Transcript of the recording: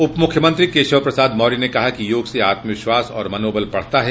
उपमुख्यमंत्री केशव प्रसाद मौर्य ने कहा कि योग से आत्मविश्वास और मनोबल बढ़ता है